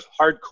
hardcore